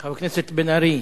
חבר הכנסת מיכאל בן-ארי,